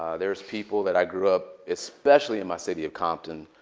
ah there's people that i grew up, especially in my city of compton,